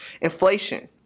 inflation